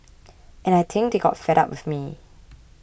and I think they got fed up with me